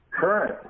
Current